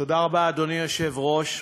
תודה רבה, אדוני היושב-ראש.